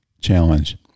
challenge